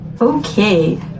Okay